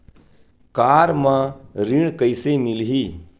Car म ऋण कइसे मिलही?